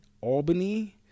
Albany